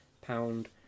pound